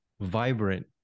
vibrant